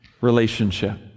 relationship